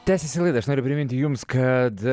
tęsiasi laida aš noriu priminti jums kad